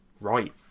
right